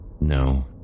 No